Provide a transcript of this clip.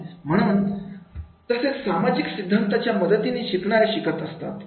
म्हणून तसेच सामाजिक सिद्धांताच्या मदतीने शिकणारे शिकत असतात